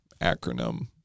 acronym